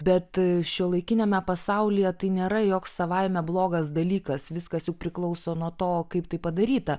bet šiuolaikiniame pasaulyje tai nėra joks savaime blogas dalykas viskas juk priklauso nuo to kaip tai padaryta